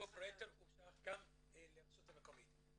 הוא שייך כאן לרשות המקומית.